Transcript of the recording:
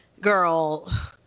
girl